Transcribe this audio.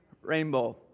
rainbow